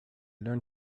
learn